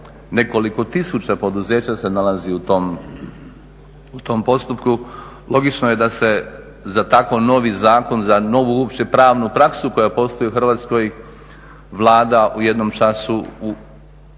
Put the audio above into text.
nekoliko tisuća poduzeća se nalazi u tom postupku, logično da se za tako novi zakon, za novu uopće pravnu praksu koja postoji u Hrvatskoj Vlada u jednom času vidjevši